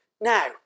Now